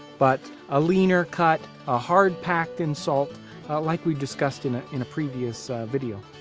but a leaner cut ah hard packed in salt like we've discussed in ah in a previous video.